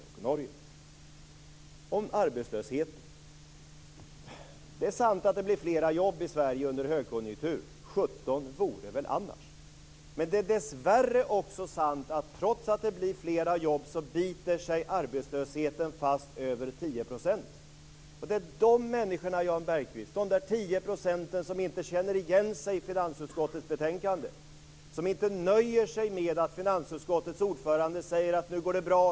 När det gäller arbetslösheten är det ju sant att det blir fler jobb i Sverige under högkonjunktur. Sjutton vore det väl annars! Men det är dessvärre också sant att trots att det blir fler jobb så biter sig arbetslösheten fast på över 10 %. Det är de här människorna jag talar om - de 10 % som inte känner igen sig i finansutskottets betänkande och som inte nöjer sig med att finansutskottets ordförande säger: Nu går det bra!